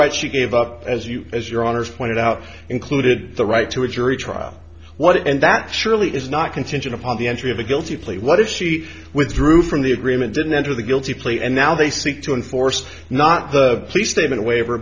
right she gave up as you as your honour's pointed out included the right to a jury trial what and that surely is not contingent upon the entry of a guilty plea what if she withdrew from the agreement didn't enter the guilty plea and now they seek to enforce not the police statement a waiver